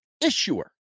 issuer